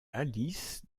alice